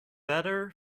better